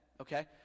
okay